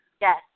Yes